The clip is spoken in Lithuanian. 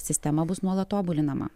sistema bus nuolat tobulinama